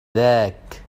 ذاك